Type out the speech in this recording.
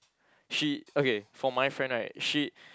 she okay for my friend right she